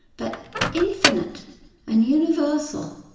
but infinite and universal,